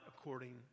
according